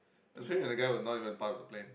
especially when the guy was not even a part of the plan